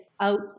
out